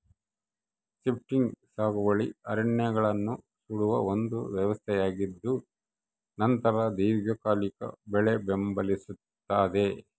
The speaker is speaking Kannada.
ಶಿಫ್ಟಿಂಗ್ ಸಾಗುವಳಿ ಅರಣ್ಯಗಳನ್ನು ಸುಡುವ ಒಂದು ವ್ಯವಸ್ಥೆಯಾಗಿದ್ದುನಂತರ ದೀರ್ಘಕಾಲಿಕ ಬೆಳೆ ಬೆಂಬಲಿಸ್ತಾದ